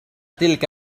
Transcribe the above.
تلك